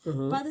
mmhmm